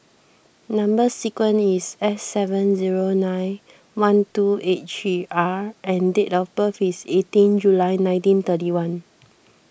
Number Sequence is S seven zero nine one two eight three R and date of birth is eighteen July nineteen thirty one